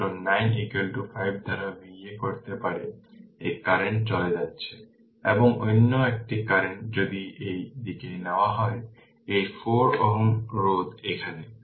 সুতরাং 9 5 দ্বারা Va করতে পারে এই কারেন্ট চলে যাচ্ছে এবং অন্য একটি কারেন্ট যদি এই দিকে নেওয়া হয় এই 4 Ω রোধ এখানে